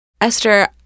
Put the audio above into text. Esther